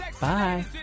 Bye